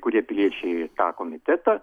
kurie piliečiai tą komitetą